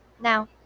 Now